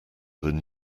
than